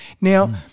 Now